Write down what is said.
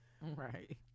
Right